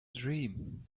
dream